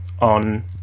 on